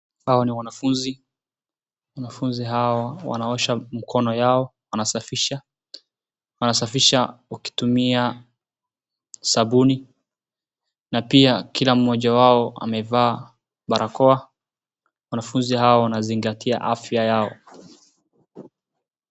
Hawa ni wanafunzi. Wanafunzi hawa wanaosha mkono yao wanasafisha. Wanasafisha wakitumia sabuni. Na pia kila mmoja wao amevaa barakoa. Wanafunzi hawa wanazingatia afya yao.